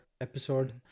episode